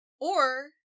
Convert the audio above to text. Or-